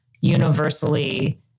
universally